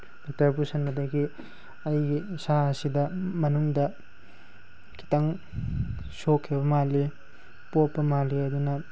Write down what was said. ꯗꯣꯛꯇꯔꯗ ꯄꯨꯁꯤꯟꯕꯗꯒꯤ ꯑꯩꯒꯤ ꯏꯁꯥ ꯑꯁꯤꯗ ꯃꯅꯨꯡꯗ ꯈꯤꯇꯪ ꯁꯣꯛꯈꯤꯕ ꯃꯥꯜꯂꯤ ꯄꯣꯞꯄ ꯃꯥꯜꯂꯤ ꯑꯗꯨꯅ